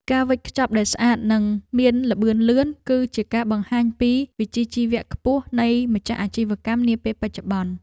ការវេចខ្ចប់ដែលស្អាតនិងមានល្បឿនលឿន គឺជាការបង្ហាញពីវិជ្ជាជីវៈខ្ពស់នៃម្ចាស់អាជីវកម្មនាពេលបច្ចុប្បន្ន។